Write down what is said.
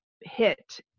hit